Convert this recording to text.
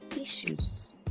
issues